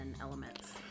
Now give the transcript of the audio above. elements